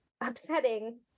upsetting